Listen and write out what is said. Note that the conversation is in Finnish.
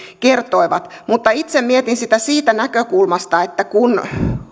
kertoivat mutta itse mietin sitä siitä näkökulmasta että kun